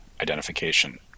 identification